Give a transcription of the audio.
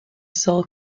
sole